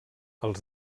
els